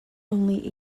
only